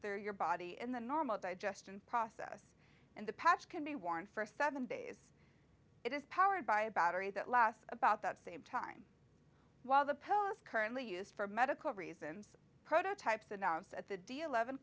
their your body in the normal digestion process and the patch can be worn for seven days it is powered by a battery that lasts about that same time while the pill is currently used for medical reasons prototypes announced at the deal lev